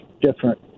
different